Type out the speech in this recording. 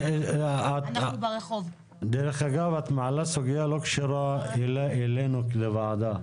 דרך אגב, את מעלה סוגיה שלא קשורה אלינו כוועדה.